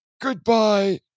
Goodbye